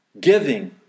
giving